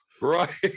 right